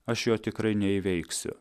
aš jo tikrai neįveiksiu